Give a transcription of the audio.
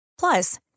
Plus